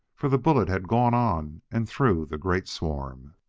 for the bullet had gone on and through the great swarm.